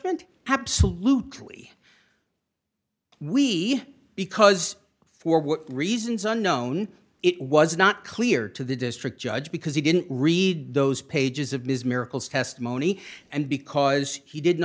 judgment absolutely we because for what reasons unknown it was not clear to the district judge because he didn't read those pages of ms miracle's testimony and because he didn't